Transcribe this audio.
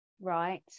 right